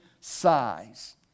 size